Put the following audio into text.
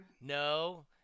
no